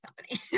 company